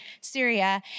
Syria